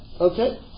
Okay